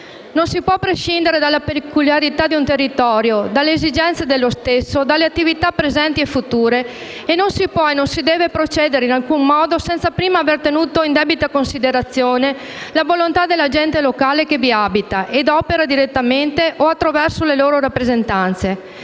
Non si può prescindere dalla peculiarità di un territorio e dalle esigenze dello stesso, nonché dalle attività presenti e future e non si può e non si deve procedere in alcun modo senza prima aver tenuto in debita considerazione la volontà della gente locale che vi abita e opera, direttamente o attraverso le proprie rappresentanze.